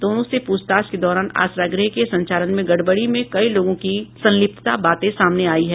दोनों से प्रछताछ के दौरान आसरा गृह के संचालन में गड़बड़ी में कई लोगों की संलिप्तता बातें सामने आयी है